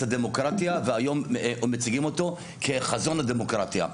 הדמוקרטיה והיום מציגים אותו כחזון הדמוקרטיה.